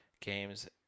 games